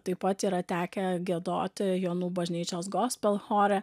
taip pat yra tekę giedoti jonų bažnyčios gospel chore